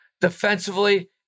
Defensively